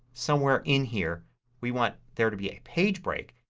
somewhere in here we want there to be a page break,